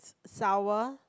sour